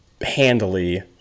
handily